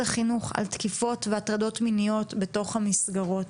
החינוך על תקיפות והטרדות מיניות בתוך המסגרות.